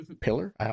pillar